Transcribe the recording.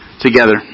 together